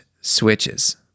switches